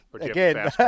again